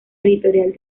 editorial